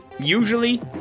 usually